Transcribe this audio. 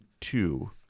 two